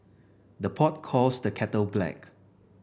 the pot calls the kettle black